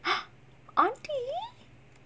auntie